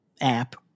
app